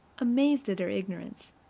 amazed at her ignorance.